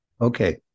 Okay